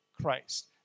Christ